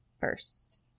first